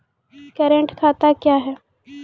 Current खाता क्या हैं?